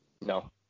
No